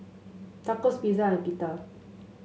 Tacos Pizza and Pita